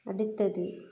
அடுத்தது